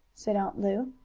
said aunt lu.